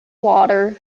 water